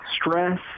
Stress